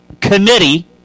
committee